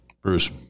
Bruce